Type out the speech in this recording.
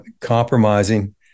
compromising